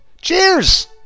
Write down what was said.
cheers